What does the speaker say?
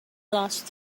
lost